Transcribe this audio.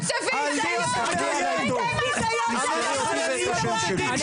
תצטטי אותי אנחנו נדאג טוב טוב -- רק לכם מותר נעמה,